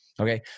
okay